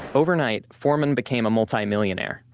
overnight, forman became a multimillionaire.